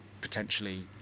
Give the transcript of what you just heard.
potentially